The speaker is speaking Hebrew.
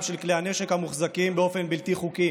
של כלי הנשק המוחזקים באופן בלתי חוקי,